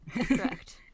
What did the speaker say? correct